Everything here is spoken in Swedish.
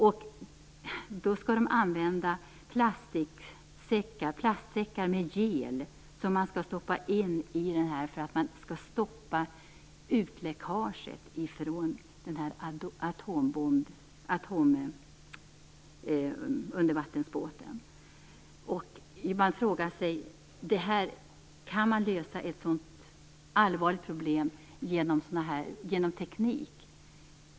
Man skall också använda plastsäckar med gel som skall läggas in för att stoppa läckaget från denna atomubåt. Kan man då lösa ett så allvarligt problem genom teknik?